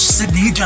Sydney